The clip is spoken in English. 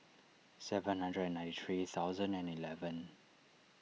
seven hundred and ninety three thousand and eleven